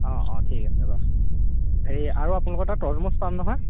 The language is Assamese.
অঁ অঁ ঠিক আছে বাৰু হেৰি আৰু আপোনালোকৰ তাত তৰমুজ পাম নহয়